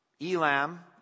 Elam